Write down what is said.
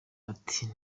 ati